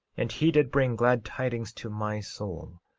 and he did bring glad tidings to my soul.